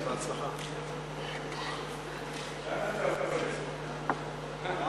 ההצעה לכלול את הנושא בסדר-היום